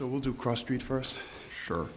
so we'll do cross street first sure